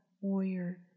warrior